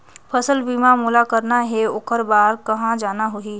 फसल बीमा मोला करना हे ओकर बार कहा जाना होही?